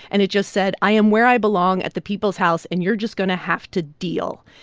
and it just said, i am where i belong, at the people's house, and you're just going to have to deal.